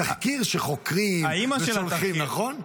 תחקיר, כשחוקרים, ושולחים, נכון?